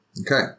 Okay